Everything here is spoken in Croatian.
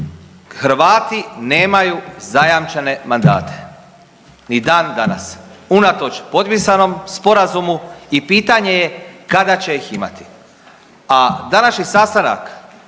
Hrvati nemaju zajamčene mandate ni dan danas unatoč potpisanom sporazumu i pitanje je kada će ih imati, a današnji sastanak